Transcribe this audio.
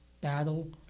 battle